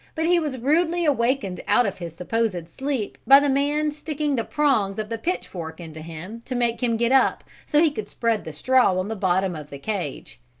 but he was rudely awakened out of his supposed sleep by the man sticking the prongs of the pitch-fork into him to make him get up so he could spread the straw on the bottom of the cage.